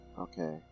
Okay